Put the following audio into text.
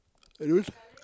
like you always